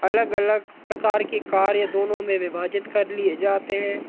अलग अलग प्रकार के कार्य दोनों में विभाजित कर लिए जाते हैं